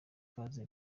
ikaze